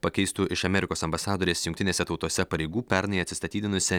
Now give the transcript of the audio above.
pakeistų iš amerikos ambasadorės jungtinėse tautose pareigų pernai atsistatydinusią